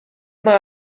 mae